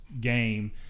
game